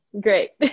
great